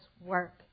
work